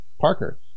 Parker